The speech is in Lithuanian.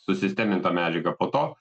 susistemint tą medžiagą po to